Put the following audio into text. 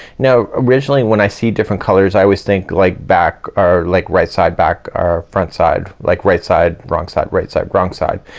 now originally when i see different colors i always think like back or like right side back or front side, like right side, wrong side right side, wrong side.